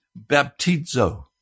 baptizo